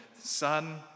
Son